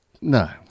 No